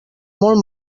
molt